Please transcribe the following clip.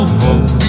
home